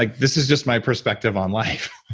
like this is just my perspective on life.